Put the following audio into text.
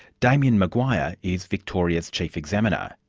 damien maguire is victoria's chief examiner.